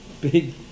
big